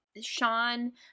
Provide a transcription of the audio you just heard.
Sean